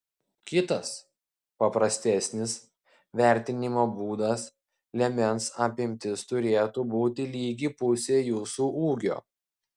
kitas paprastesnis vertinimo būdas liemens apimtis turėtų būti lygi pusei jūsų ūgio